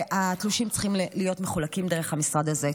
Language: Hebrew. והתלושים צריכים להיות מחולקים דרך המשרד הזה.